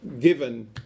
given